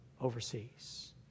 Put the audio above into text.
overseas